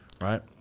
right